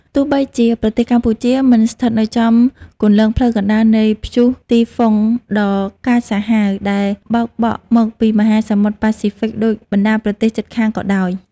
ទោះបីជាប្រទេសកម្ពុជាមិនស្ថិតនៅចំគន្លងផ្លូវកណ្ដាលនៃព្យុះទីហ្វុងដ៏កាចសាហាវ ដែលបោកបក់មកពីមហាសមុទ្រប៉ាស៊ីហ្វិកដូចបណ្ដាប្រទេសជិតខាងក៏ដោយ។